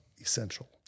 essential